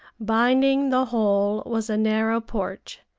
binding the whole was a narrow porch,